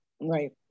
Right